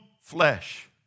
flesh